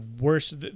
worst